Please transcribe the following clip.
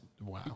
Wow